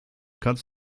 kannst